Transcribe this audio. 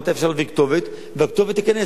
מתי אפשר להעביר כתובת והכתובת תיכנס,